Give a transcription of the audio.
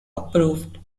approved